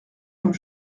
comme